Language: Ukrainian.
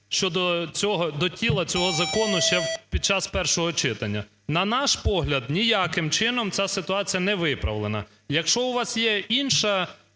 до тіла цього закону ще під час першого читання. На наш погляд, ніяким чином ця ситуація не виправлена. Якщо у вас є інше